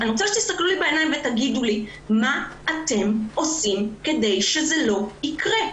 אני רוצה שתסתכלו לי בעיניים ותגידו לי: מה אתם עושים כדי שזה לא יקרה?